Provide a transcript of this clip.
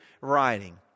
writing